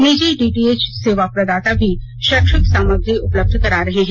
निजी डीटीएच सेवा प्रदाता भी शैक्षिक सामग्री उपलब्ध करा रहे हैं